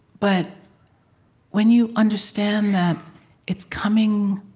but when you understand that it's coming